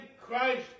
Christ